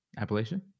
Appalachian